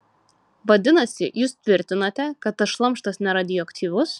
vadinasi jūs tvirtinate kad tas šlamštas neradioaktyvus